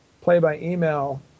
play-by-email